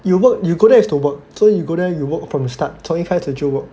you work you go there is to work so you go there you work from the start work